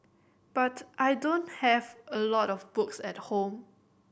but I don't have a lot of books at home